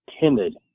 timid